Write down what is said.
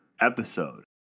episode